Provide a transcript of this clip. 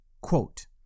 quote